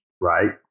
Right